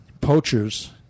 poachers